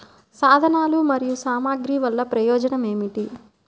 సాధనాలు మరియు సామగ్రి వల్లన ప్రయోజనం ఏమిటీ?